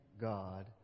God